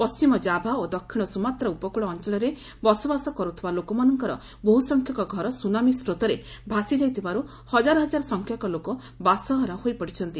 ପଣ୍ଢିମ ଜାଭା ଓ ଦକ୍ଷିଣ ସୁମାତ୍ରା ଉପକୃଳ ଅଞ୍ଚଳରେ ବସବାସ କରୁଥିବା ଲୋକମାନଙ୍କର ବହୁସଂଖ୍ୟକ ଘର ସୁନାମି ସ୍ରୋତରେ ଭାସିଯାଇଥିବାରୁ ହଜାର ହଜାର ସଂଖ୍ୟକ ଲୋକ ବାସହରା ହୋଇପଡିଛନ୍ତି